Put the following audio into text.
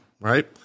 right